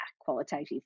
qualitative